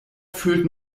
fühlt